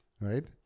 Right